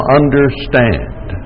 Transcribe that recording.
understand